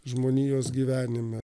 žmonijos gyvenime